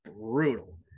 brutal